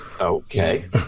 okay